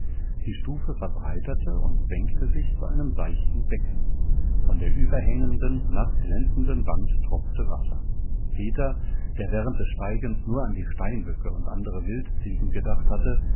die stufe verbreiterte und senkte sich zu einem seichten becken von der überhängenden naß glänzenden wand tropfte wasser peter der während des steigens nur an die steinböcke und andere wildziegen gedacht hatte